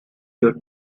your